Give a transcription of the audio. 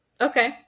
Okay